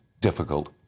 difficult